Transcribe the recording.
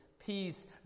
peace